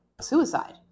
suicide